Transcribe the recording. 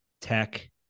tech